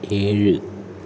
ഏഴ്